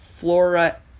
Flora